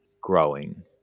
growing